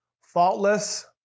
faultless